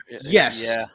Yes